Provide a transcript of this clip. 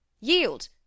Yield